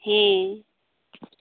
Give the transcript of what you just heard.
ᱦᱮᱸ